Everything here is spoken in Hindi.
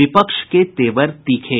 विपक्ष के तेवर तीखे